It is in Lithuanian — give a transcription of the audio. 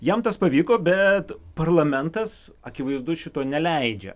jam tas pavyko bet parlamentas akivaizdu šito neleidžia